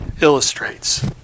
illustrates